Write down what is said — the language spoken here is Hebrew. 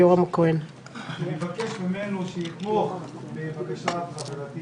ולבקש ממנו שיתמוך בבקשה חברתי